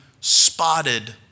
spotted